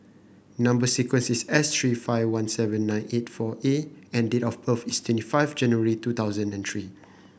number sequence is S three five one seven nine eight four A and date of birth is twenty five January two thousand and three